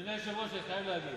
אדוני היושב-ראש, אני חייב להגיב.